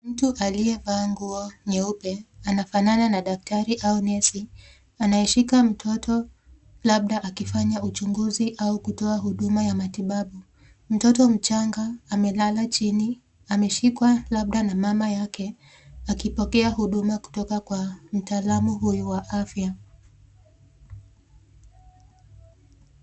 Mtu aliye vaa nguo nyeupe, anafanana na daktari au nesi. Anayeshika mtoto labda akifanya uchunguzi au kutoa huduma ya matibabu. Mtoto mchanga amelala chini ameshikwa labda na mama yake akipokea huduma kutoka mtalamu huyu wa afya.